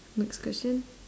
next question